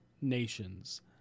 nations